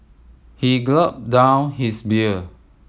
he gulped down his beer